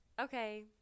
Okay